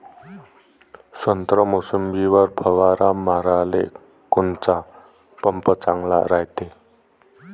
संत्रा, मोसंबीवर फवारा माराले कोनचा पंप चांगला रायते?